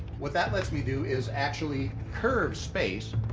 what that lets me do is actually curve space,